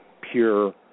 pure